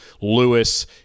Lewis